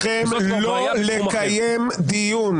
אבקשכם לא לקיים דיון